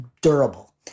durable